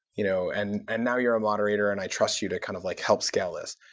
you know and and now, you're a moderator, and i trust you to kind of like help scale this.